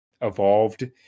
evolved